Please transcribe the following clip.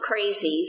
crazies